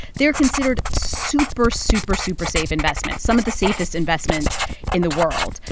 they're considered super-super-super-safe investments some of the safest investments in the world.